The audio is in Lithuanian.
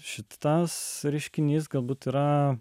šitas reiškinys galbūt yra